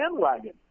bandwagon